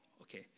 Okay